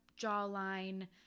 jawline